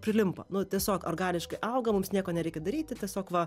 prilimpa nu tiesiog organiškai auga mums nieko nereikia daryti tiesiog va